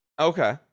Okay